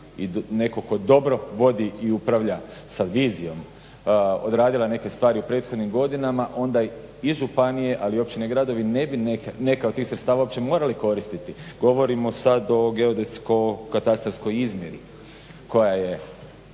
i neko ko dobro vodi i upravlja sa vizijom odradila neke stvari u prethodnim godinama, onda i županije ali i općine i gradovi ne bi neka od tih sredstava uopće morali koristiti. Govorimo sad o geodetsko-katastarskoj izmjeri koja je